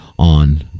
On